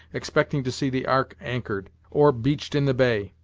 expecting to see the ark anchored, or beached in the bay.